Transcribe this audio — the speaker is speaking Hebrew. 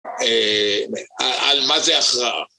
על מה זה הכרעה